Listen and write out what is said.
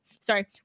sorry